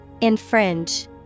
Infringe